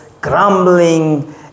grumbling